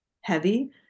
heavy